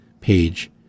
page